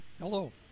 Hello